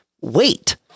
wait